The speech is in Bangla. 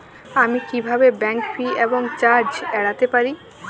আমি কিভাবে ব্যাঙ্ক ফি এবং চার্জ এড়াতে পারি?